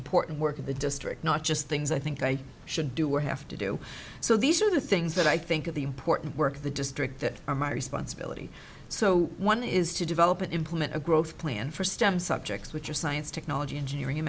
important work in the district not just things i think i should do or have to do so these are the things that i think of the important work of the district that are my responsibility so one is to develop and implement a growth plan for stem subjects which are science technology engineering